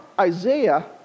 Isaiah